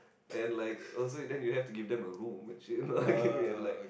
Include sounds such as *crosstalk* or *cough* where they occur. and like also you then you have to give them a room actually no *laughs* like